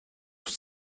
have